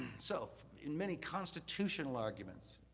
so, in many constitutional arguments,